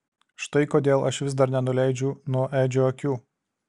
štai kodėl aš vis dar nenuleidžiu nuo edžio akių